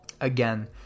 again